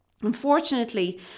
unfortunately